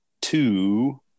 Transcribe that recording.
two